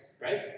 right